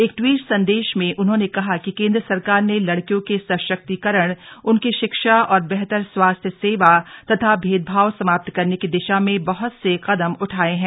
एक ट्वीट संदेश में उन्होंने कहा कि केंद्र सरकार ने लडकियों के सशक्तिकरण उनकी शिक्षा और बेहतर स्वास्थ्य सेवा तथा भेदभाव समाप्त करने की दिशा में बहुत से कदम उठाए हैं